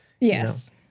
Yes